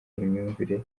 imyumvire